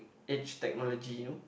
edge technology you know